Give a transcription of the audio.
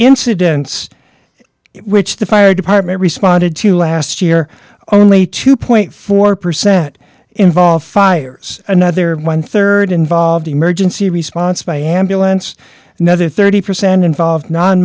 incidents which the fire department responded to last year only two point four percent involved fires another one rd involved emergency response by ambulance another thirty percent involved non